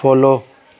follow